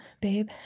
babe